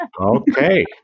Okay